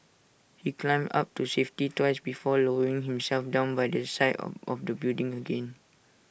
he climbed up to safety twice before lowering himself down by the side of of the building again